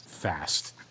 Fast